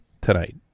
tonight